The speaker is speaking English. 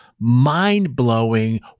mind-blowing